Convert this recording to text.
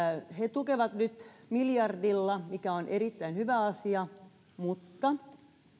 tukevat nyt miljardilla mikä on erittäin hyvä asia mutta